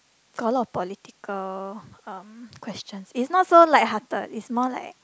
got a lot of political um questions it's not so lighthearted it's more like